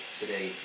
today